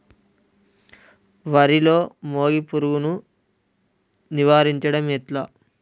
వరిలో మోగి పురుగును నివారించడం ఎట్లా?